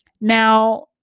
Now